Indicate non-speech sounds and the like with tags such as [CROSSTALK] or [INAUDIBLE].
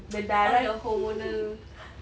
the darah [LAUGHS]